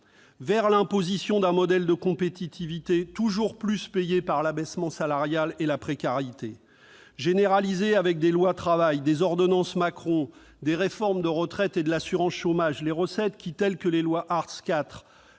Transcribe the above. vers l'imposition d'un modèle de compétitivité toujours plus payé par l'abaissement salarial et la précarité. Généraliser, à coups de lois Travail, d'ordonnances Macron, de réformes des retraites et de l'assurance chômage, les recettes qui ont fait tant